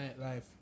nightlife